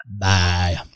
Bye